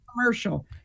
commercial